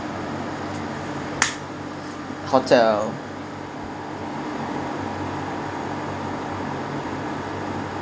hotel